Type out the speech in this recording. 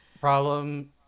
problem